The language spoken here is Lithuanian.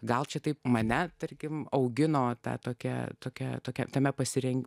gal čia taip mane tarkim augino tokia tokia tokia tame pasirinkti